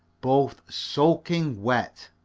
both soaking wet.